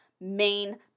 main